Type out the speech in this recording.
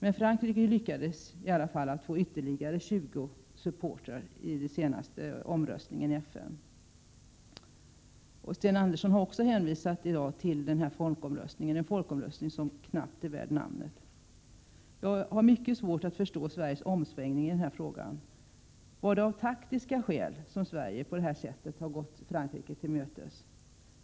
Men Frankrike lyckades i alla fall att få ytterligare 20 supportrar i senaste omröstningen i FN. Sten Andersson har också här i dag hänvisat till den här folkomröstningen — en folkomröstning som knappt är värd namnet. Jag har mycket svårt att förstå Sveriges omsvängning i den här frågan. Är det av taktiska skäl som Sverige på det här sättet har gått Frankrike till mötes?